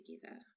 together